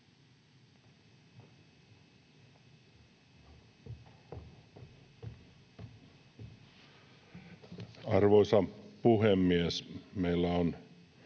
Arvoisa puhemies! Meillä on